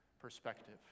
perspective